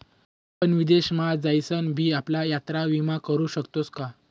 आपण विदेश मा जाईसन भी आपला यात्रा विमा करू शकतोस का?